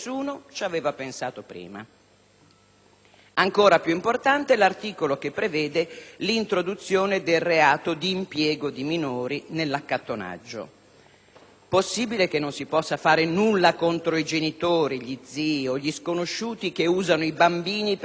Ancora più importante è l'articolo che prevede l'introduzione del reato di impiego di minori nell'accattonaggio. Possibile che non si possa fare nulla contro i genitori, gli zii o gli sconosciuti che usano i bambini per chiedere la carità in metropolitana?